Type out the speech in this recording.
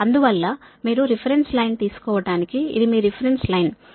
అందువల్ల మీరు reference line తీసుకోవటానికి ఇది మీ రిఫరెన్స్ లైన్ మీ VS 152